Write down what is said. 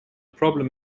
problem